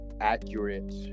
accurate